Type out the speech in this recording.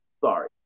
sorry